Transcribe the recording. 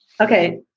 Okay